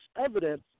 evidence